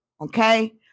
okay